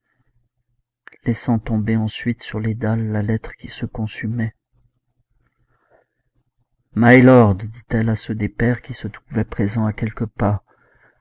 laissant tomber ensuite sur les dalles la lettre qui se consumait mylords dit-elle à ceux des pairs qui se trouvaient présents à quelques pas